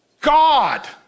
God